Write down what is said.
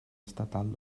estatal